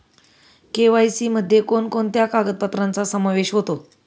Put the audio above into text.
KYC मध्ये कोणकोणत्या कागदपत्रांचा समावेश होतो?